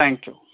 thank you